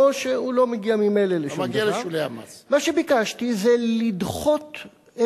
או שאינם עובדים כלל, ולכן אינם יכולים למצות את